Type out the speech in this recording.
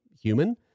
human